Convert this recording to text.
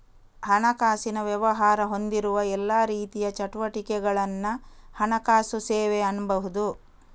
ಹಣಕಾಸಿನ ವ್ಯವಹಾರ ಹೊಂದಿರುವ ಎಲ್ಲಾ ರೀತಿಯ ಚಟುವಟಿಕೆಗಳನ್ನ ಹಣಕಾಸು ಸೇವೆ ಅನ್ಬಹುದು